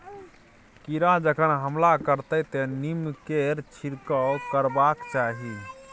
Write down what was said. कीड़ा जखन हमला करतै तँ नीमकेर छिड़काव करबाक चाही